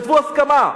כתבו הסכמה,